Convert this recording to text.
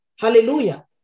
hallelujah